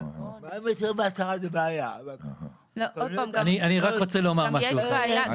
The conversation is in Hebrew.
מעל 1.10 מטר זו בעיה --- אני רק רוצה לומר משהו אחד בבקשה.